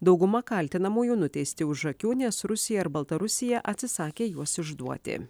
dauguma kaltinamųjų nuteisti už akių nes rusija ir baltarusija atsisakė juos išduoti